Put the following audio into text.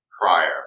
prior